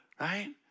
right